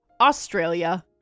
Australia